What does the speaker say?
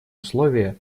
условия